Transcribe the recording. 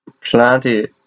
plenty